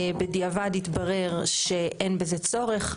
בדיעבד התברר שאין בזה צורך.